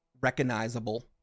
recognizable